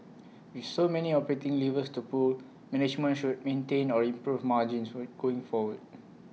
with so many operating levers to pull management should maintain or improve margins will going forward